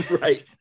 Right